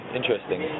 interesting